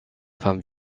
femmes